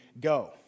go